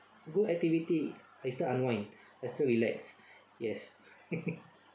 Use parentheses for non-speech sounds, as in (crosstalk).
good activity I still unwind I still relax yes (laughs)